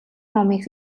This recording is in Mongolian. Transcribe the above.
номыг